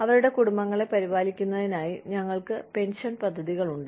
അവരുടെ കുടുംബങ്ങളെ പരിപാലിക്കുന്നതിനായി ഞങ്ങൾക്ക് പെൻഷൻ പദ്ധതികളുണ്ട്